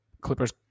Clippers